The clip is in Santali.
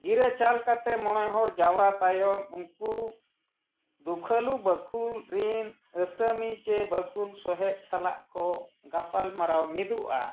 ᱜᱤᱨᱟᱹ ᱪᱟᱞ ᱠᱟᱛᱮᱫ ᱢᱚᱬᱮ ᱦᱚᱲ ᱡᱟᱣᱨᱟ ᱛᱟᱭᱚᱢ ᱩᱱᱠᱩ ᱫᱩᱠᱷᱟᱹᱞᱩ ᱵᱟᱠᱷᱳᱞ ᱨᱤᱱ ᱟᱥᱟᱢᱤ ᱥᱮ ᱵᱟᱠᱷᱳᱞ ᱥᱚᱦᱮᱫ ᱥᱟᱞᱟᱜ ᱠᱚ ᱜᱟᱯᱟᱞ ᱢᱟᱨᱟᱣ ᱢᱤᱫᱚᱜᱼᱟ